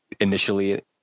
initially